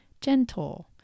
gentle